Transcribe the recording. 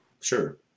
Sure